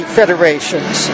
federations